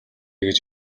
гэж